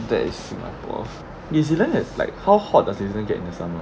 that is singapore new zealand has like how hot does new zealand get in the summer